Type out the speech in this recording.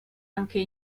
anche